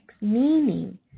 meaning